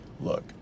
Look